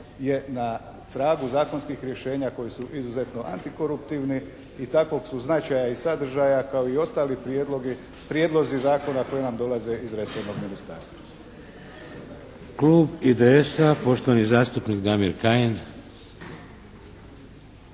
je na tragu zakonskih rješenja koji su izuzetno antikoruptivni i takvog su značaja i sadržaja kao i ostali prijedlozi zakona koji nam dolaze iz resornog Ministarstva.